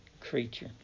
creature